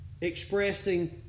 expressing